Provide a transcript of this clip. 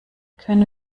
können